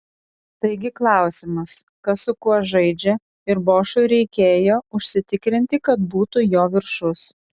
taigi klausimas kas su kuo žaidžia ir bošui reikėjo užsitikrinti kad būtų jo viršus